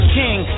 king